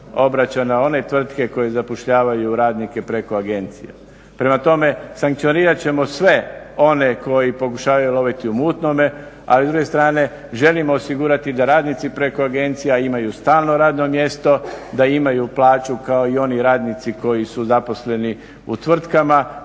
obraća na one tvrtke koje zapošljavaju radnike preko agencija. Prema tome, sankcionirat ćemo sve one koji pokušavaju loviti u mutnome, a s druge strane želimo osigurati da radnici preko agencija imaju stalno radno mjesto, da imaju plaću kao i oni radnici koji su zaposleni u tvrtkama